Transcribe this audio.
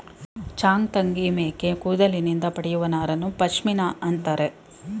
ಚಾಂಗ್ತಂಗಿ ಮೇಕೆ ಕೂದಲಿನಿಂದ ಪಡೆಯುವ ನಾರನ್ನು ಪಶ್ಮಿನಾ ಅಂತರೆ